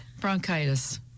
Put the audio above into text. Bronchitis